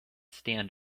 stand